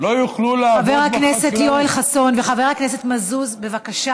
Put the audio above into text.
לא יוכלו לעבוד בחקלאות?